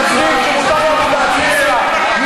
תקראי בבקשה בשמות חברי הכנסת.